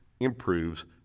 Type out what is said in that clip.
improves